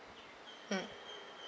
mm